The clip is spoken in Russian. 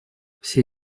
все